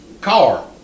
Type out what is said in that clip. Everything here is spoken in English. car